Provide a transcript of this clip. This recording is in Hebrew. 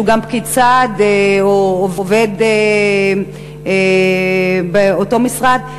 שהוא גם פקיד סעד או עובד באותו משרד,